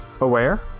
aware